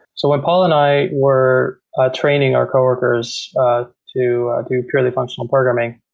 so when paul and i were training our coworkers to do purely functional programming,